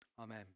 Amen